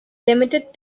limited